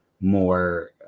more